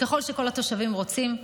ככל שכל התושבים רוצים,